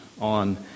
on